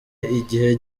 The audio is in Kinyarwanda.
igihe